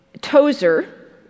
Tozer